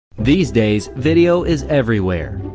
these days, video is everywhere.